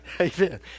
Amen